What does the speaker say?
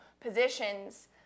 positions